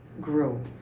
grew